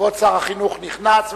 כבוד שר החינוך נכנס,